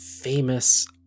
Famous